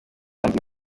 ayandi